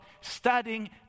studying